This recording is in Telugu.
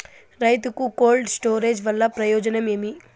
రైతుకు కోల్డ్ స్టోరేజ్ వల్ల ప్రయోజనం ఏమి?